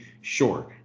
sure